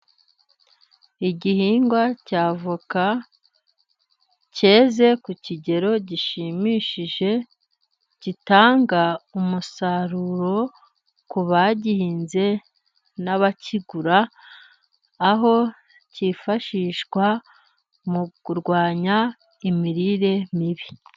Igihingwa cya avoka cyeze ku kigero gishimishije, gitanga umusaruro ku bagihinze n'abakigura, aho cyifashishwa mu kurwanya imirire mibi.